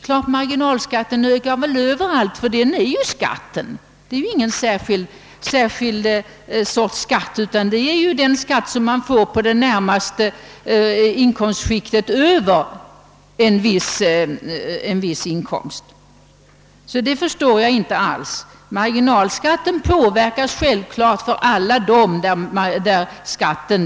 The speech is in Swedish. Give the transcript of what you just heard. Men ökar skatten överallt så ökar väl marginalskatten överallt, ty den är ingen särskild sorts skatt, utan den skatt som man får i det närmaste skiktet över en viss inkomst. Jag förstår därför inte alls herrarnas resonemang. Herr Ullsten hävdade att han inte skrivit det jag påstod att han skrivit.